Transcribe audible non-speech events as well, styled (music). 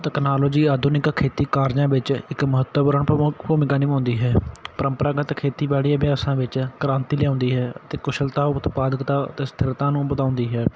technology ਆਧੁਨਿਕ ਖੇਤੀ ਕਾਰਜਾਂ ਵਿੱਚ ਇੱਕ ਮਹੱਤਵ (unintelligible) ਭੂਮਿਕਾ ਨਿਭਾਉਂਦੀ ਹੈ ਪਰੰਪਰਾਗਤ ਖੇਤੀਬਾੜੀ ਅਭਿਆਸਾਂ ਵਿੱਚ ਕ੍ਰਾਂਤੀ ਲਿਆਉਂਦੀ ਹੈ ਅਤੇ ਕੁਸ਼ਲਤਾ ਉਤਪਾਦਕਤਾ ਅਤੇ ਸਥਿਰਤਾ ਨੂੰ ਵਧਾਉਂਦੀ ਹੈ